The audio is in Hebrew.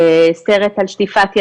סרט על שטיפת ידיים,